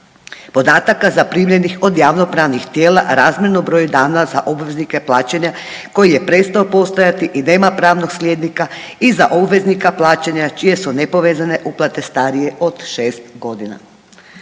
podataka zaprimljenih od javnopravnih tijela razmjerno broju dana za obveznike plaćanja koji je prestao postojati i da ima pravnog slijednika i za obveznika plaćanja čije su nepovezane uplate starije od 6 godina.